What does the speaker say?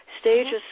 Stages